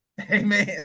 Amen